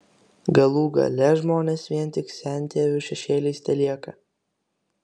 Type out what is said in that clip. galų gale žmonės vien tik sentėvių šešėliais telieka